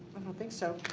think so.